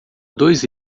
dois